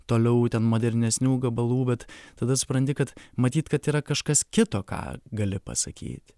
toliau ten modernesnių gabalų bet tada supranti kad matyt kad yra kažkas kito ką gali pasakyt